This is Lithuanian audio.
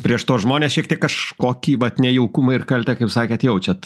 prieš tuos žmones šiek tiek kažkokį vat nejaukumą ir kaltę kaip sakėt jaučiat